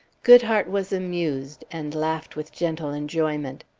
goodhart was amused, and laughed with gentle enjoyment.